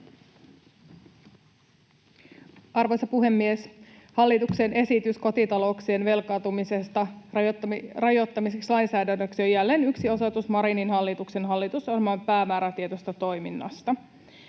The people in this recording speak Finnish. Arvoisa puhemies! Hallituksen esitys kotitalouksien velkaantumista rajoittamiseksi lainsäädännöksi on jälleen yksi osoitus Marinin hallituksen hallitusohjelman päämäärätietoisesta toiminnasta.